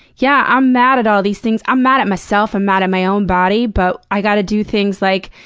yeah, i'm mad at all these things, i'm mad at myself, i'm mad at my own body, but i gotta do things like,